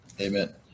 Amen